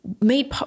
made